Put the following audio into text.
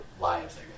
lives